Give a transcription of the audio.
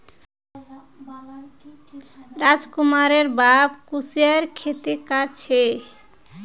राजकुमारेर बाप कुस्यारेर खेती कर छे